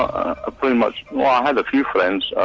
ah ah pretty much well i had a few friends,